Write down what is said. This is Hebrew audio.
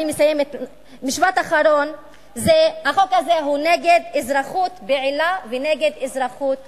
משפט אחרון: החוק הזה הוא נגד אזרחות פעילה ונגד אזרחות מוסרית.